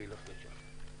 שילך לשם.